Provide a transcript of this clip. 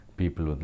people